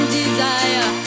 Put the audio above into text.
desire